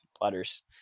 Butters